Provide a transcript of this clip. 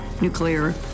nuclear